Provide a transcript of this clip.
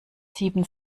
sieben